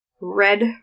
red